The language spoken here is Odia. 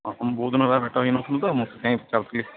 ଆପଣ ବହୁତ ଦିନ ହେଲା ଭେଟ ହେଇ ନଥିଲୁ ତ ମୁଁ ସେଥିପାଇଁ ଚାହୁଁଥିଲି